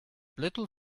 little